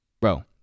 Bro